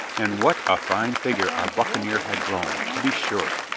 and what a fine figure our buccaneer had grown, to be sure!